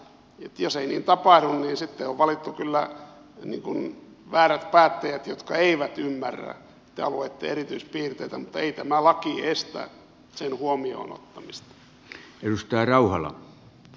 jos niin ei tapahdu niin sitten on valittu väärät päättäjät jotka eivät ymmärrä niiden alueiden erityispiirteitä mutta ei tämä laki estä sen huomioon ottamista